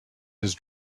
his